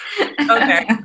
okay